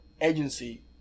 agency